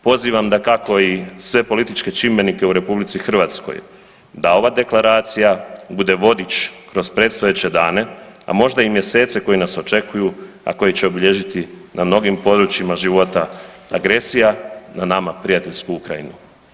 Pozivam dakako i sve političke čimbenike u RH da ova Deklaracija bude vodič kroz predstojeće dane, a možda i mjesece koji nas očekuju, a koji će obilježiti na mnogim područjima života agresija na nama prijateljsku Ukrajinu.